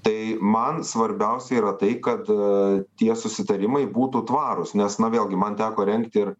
tai man svarbiausia yra tai kad tie susitarimai būtų tvarūs nes na vėlgi man teko rengti ir